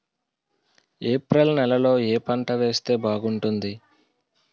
April నెలలో ఏ పంట వేస్తే బాగుంటుంది?